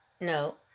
no